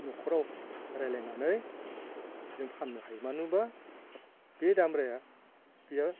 नखराव रायलायनानै जों फाननो हायो मानो होनबा बे दाब्राया बेहा